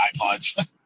iPods